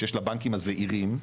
שיש לבנקים הזעירים,